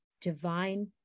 divine